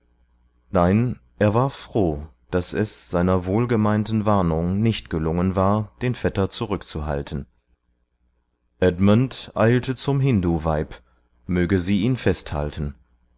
nein er war froh daß es seiner wohlgemeinten warnung nicht gelungen war den vetter zurückzuhalten edmund eilte zum hinduweib möge sie ihn festhalten